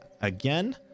again